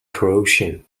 croatian